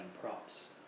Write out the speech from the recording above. props